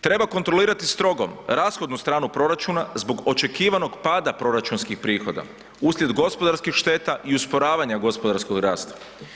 Treba kontrolirati strogo rashodnu stranu proračuna zbog očekivanog pada proračunskih prihoda uslijed gospodarskih šteta i usporavanja gospodarskog rasta.